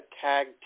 tag